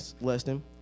lesson